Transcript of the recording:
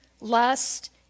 lust